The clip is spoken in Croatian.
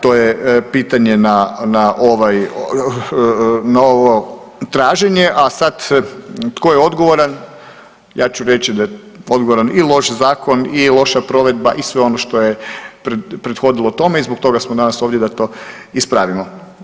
To je pitanje na ovo traženje, a sad tko je odgovoran ja ću reći da je odgovoran i loš zakon i loša provedba i sve ono što je prethodilo tome i zbog toga smo danas ovdje da to ispravimo.